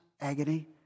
agony